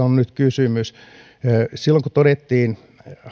on kysymys silloin kun todettiin